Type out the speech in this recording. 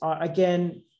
again